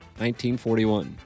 1941